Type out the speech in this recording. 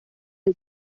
del